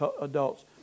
adults